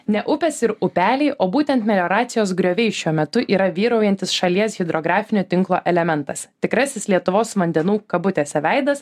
ne upės ir upeliai o būtent melioracijos grioviai šiuo metu yra vyraujantis šalies hidrografinio tinklo elementas tikrasis lietuvos vandenų kabutėse veidas